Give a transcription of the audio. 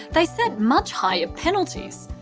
they set much higher penalties.